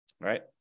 right